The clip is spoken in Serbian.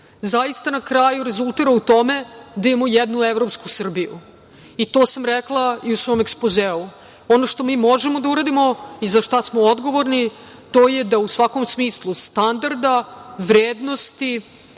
putu na kraju rezultira u tome da imamo jednu evropsku Srbiju. To sam rekla i u svom ekspozeu. Ono što mi možemo da uradimo i za šta smo odgovorni, to je da u svakom smislu standarda, vrednosti,